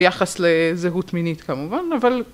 יחס לזהות מינית כמובן אבל.